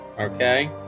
okay